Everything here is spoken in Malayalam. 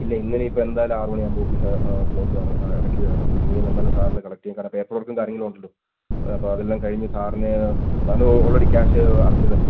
ഇല്ല ഇന്ന് ഇനി ഇപ്പോൾ എന്തായാലും ആറ് മണിയാവുമ്പോൾ ഓഫീസ് ക്ലോസ്ട് ആണ് ആ അടയ്ക്കുകയാണ് അപ്പോൾ ഇന്ന് ഇനിയും വന്നാൽ സാറിന് കളക്റ്റ് ചെയ്യാൻ കാരണം പേപ്പർ വർക്കും കാര്യങ്ങൾ വന്നിട്ടുണ്ട് അപ്പോൾ അതെല്ലാം കഴിഞ്ഞ് സാറിന് സാറിന് ഓൾറെഡി ക്യാഷ് അടച്ചതല്ലേ